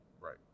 right